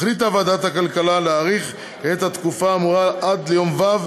החליטה ועדת הכלכלה להאריך את התקופה האמורה עד ליום ו'